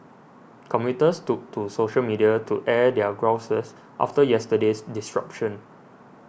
commuters took to social media to air their grouses after yesterday's disruption